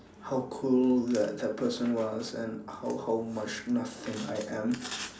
how cool that that person was and how how much nothing I am